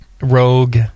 rogue